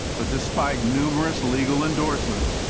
but despite numerous legal endorsements,